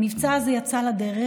המבצע הזה יצא לדרך.